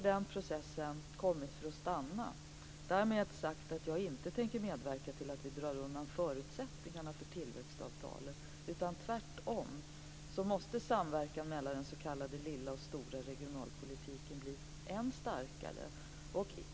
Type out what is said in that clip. Den processen har kommit för att stanna. Därmed har jag inte sagt att jag tänker medverka till att vi drar undan förutsättningarna för tillväxtavtalen. Tvärtom måste samverkan mellan den lilla och den stora regionalpolitiken bli än starkare.